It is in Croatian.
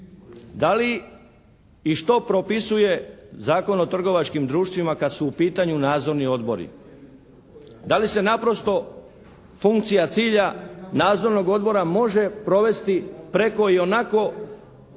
Da li i što propisuje Zakon o trgovačkim društvima kad su u pitanju nadzorni odbori? Da li se naprosto funkcija cilja nadzornog odbora može provesti preko ionako